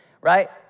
right